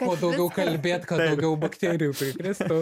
kuo daugiau kalbėt kad daugiau bakterijų prikristų